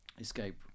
escape